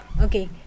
Okay